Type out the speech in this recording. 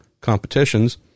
competitions